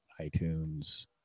iTunes